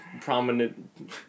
prominent